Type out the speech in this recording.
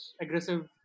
aggressive